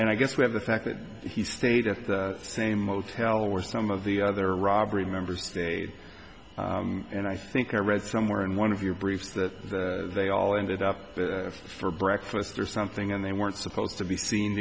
and i guess when the fact that he stayed at the same motel where some of the other robbery members and i think i read somewhere in one of your briefs that they all ended up for breakfast or something and they weren't supposed to be seen